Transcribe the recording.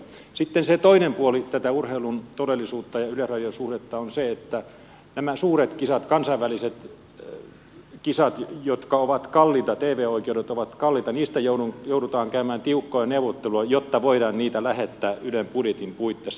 sitten se toinen puoli tätä urheilun todellisuutta ja yleisradion suhdetta on se että näistä suurista kisoista kansainvälisistä kisoista joiden tv oikeudet ovat kalliita joudutaan käymään tiukkoja neuvotteluja jotta voidaan niitä lähettää ylen budjetin puitteissa